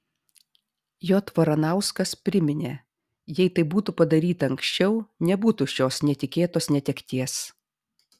j varanauskas priminė jei tai būtų padaryta anksčiau nebūtų šios netikėtos netekties